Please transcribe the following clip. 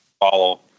follow